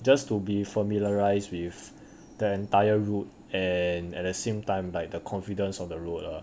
just to be familiarised with the entire route and at the same time like the confidence of the road lah